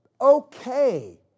okay